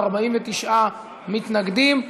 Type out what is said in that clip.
49 מתנגדים.